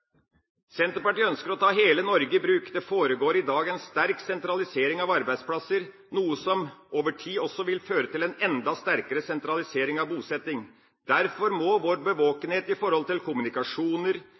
Senterpartiet ønsker å ta hele Norge i bruk. Det foregår i dag en sterk sentralisering av arbeidsplasser, noe som over tid også vil føre til en enda sterkere sentralisering av bosetting. Derfor må vår